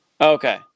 Okay